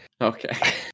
okay